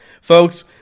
Folks